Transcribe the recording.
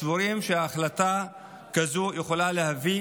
הסבורים שהחלטה כזאת יכולה להביא